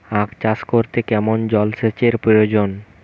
আখ চাষ করতে কেমন জলসেচের প্রয়োজন?